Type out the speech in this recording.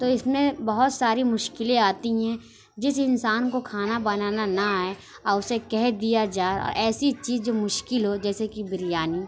اور اس میں بہت ساری مشکلیں آتی ہیں جس انسان کو کھانا بنانا نہ آئے اور اسے کہہ دیا جائے اور ایسی چیز جو مشکل ہو جیسے کہ بریانی